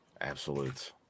Absolutes